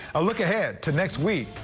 a look ahead to next week,